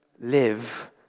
live